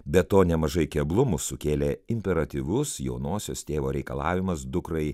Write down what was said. be to nemažai keblumų sukėlė imperatyvus jaunosios tėvo reikalavimas dukrai